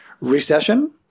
recession